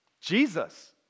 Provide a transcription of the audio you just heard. Jesus